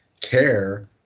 care